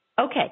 Okay